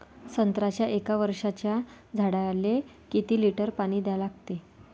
संत्र्याच्या एक वर्षाच्या झाडाले किती लिटर पाणी द्या लागते?